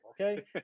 Okay